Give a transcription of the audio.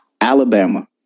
Alabama